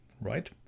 right